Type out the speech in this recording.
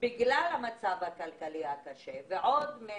אם המנהל ירצה להמיר את כל ה-100% שניתנים